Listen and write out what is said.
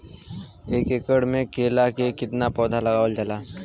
एक एकड़ में केला के कितना पौधा लगावल जाला?